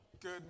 Good